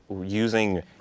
using